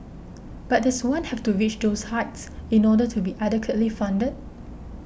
but does one have to reach those heights in order to be adequately funded